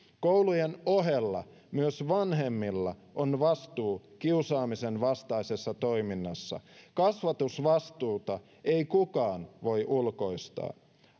koulujen ohella myös vanhemmilla on vastuu kiusaamisen vastaisessa toiminnassa kasvatusvastuuta ei kukaan voi ulkoistaa